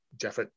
Jeff